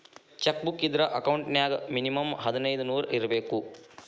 check book ಇದ್ರ account ನ್ಯಾಗ minimum ಹದಿನೈದ್ ನೂರ್ ಇರ್ಬೇಕು